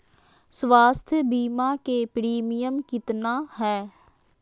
स्वास्थ बीमा के प्रिमियम कितना है?